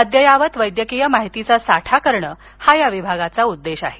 अदयायवत वैद्यकीय माहिती साठा करणे हा या विभागाचा उद्देश आहे